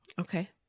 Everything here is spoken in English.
Okay